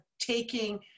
taking